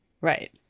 right